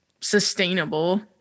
sustainable